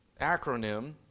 acronym